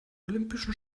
olympischen